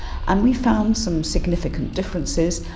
and we found some significant differences.